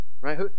Right